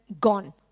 gone